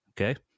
Okay